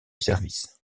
service